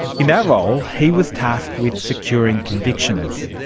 in that role he was tasked with securing convictions,